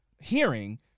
hearing